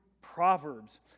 Proverbs